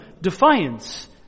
defiance